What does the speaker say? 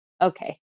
okay